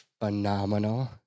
phenomenal